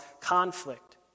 conflict